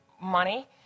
money